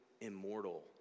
immortal